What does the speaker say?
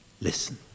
Listen